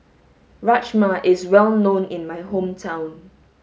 Rajma is well known in my hometown